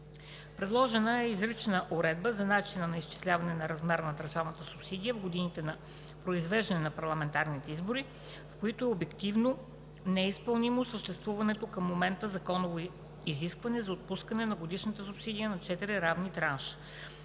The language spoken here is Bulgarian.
Предложена е изрична уредба за начина на изчисляване на размера на държавната субсидия в годините на произвеждане на парламентарни избори, в които е обективно неизпълнимо съществуващото към момента законово изискване за отпускане на годишната субсидия на четири равни транша.